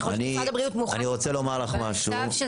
ככל שמשרד הבריאות מוכן --- במכתב של שר